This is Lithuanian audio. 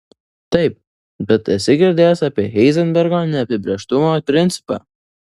taip bet esi girdėjęs apie heizenbergo neapibrėžtumo principą